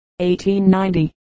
1890